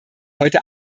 heute